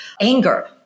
anger